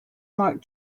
mark